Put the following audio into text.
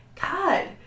God